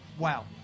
Wow